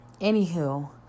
Anywho